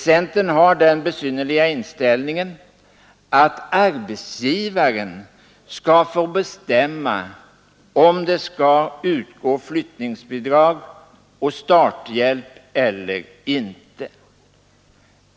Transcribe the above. Centern har den besynnerliga inställningen att arbetsgivaren skall få bestämma om flyttningsbidrag och starthjälp skall utgå eller inte.